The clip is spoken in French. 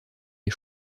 les